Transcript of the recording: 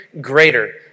greater